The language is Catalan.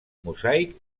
mosaic